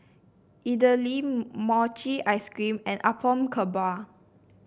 idly Mochi Ice Cream and Apom Berkuah